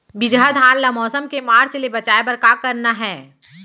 बिजहा धान ला मौसम के मार्च ले बचाए बर का करना है?